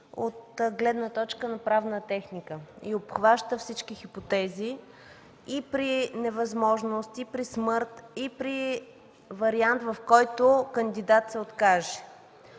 от гледна точка на правна техника и обхваща всички хипотези – и при невъзможност, и при смърт, и при вариант, в който кандидат се откаже.